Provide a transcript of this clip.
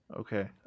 Okay